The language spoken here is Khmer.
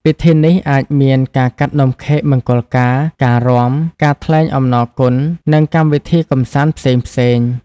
ពិធីនេះអាចមានការកាត់នំខេកមង្គលការ ការរាំ ការថ្លែងអំណរគុណ និងកម្មវិធីកម្សាន្តផ្សេងៗ ។